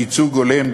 ייצוג הולם,